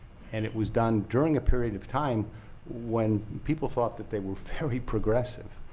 and it was done during a period of time when people thought that they were very progressive.